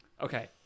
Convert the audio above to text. Okay